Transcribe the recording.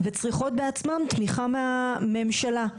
וצריכות בעצמן תמיכה מהממשלה.